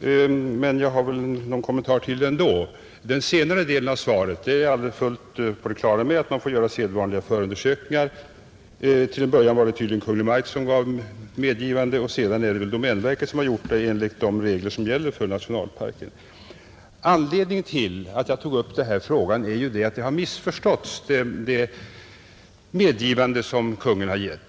Jag vill ändå göra några kommentarer till det. Vad avser den senare delen av svaret är jag fullt på det klara med att man får göra sedvanliga förundersökningar. Till en början var det tydligen Kungl. Maj:t som gav medgivandet och därefter, enligt de regler som gäller för nationalparken, domänverket. Anledningen till att jag tog upp denna fråga är att det medgivande som Kungl. Maj:t har givit har missförståtts.